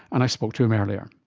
and i spoke to him earlier.